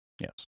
Yes